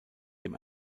dem